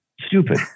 stupid